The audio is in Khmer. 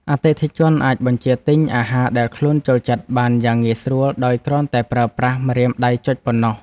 អតិថិជនអាចបញ្ជាទិញអាហារដែលខ្លួនចូលចិត្តបានយ៉ាងងាយស្រួលដោយគ្រាន់តែប្រើប្រាស់ម្រាមដៃចុចប៉ុណ្ណោះ។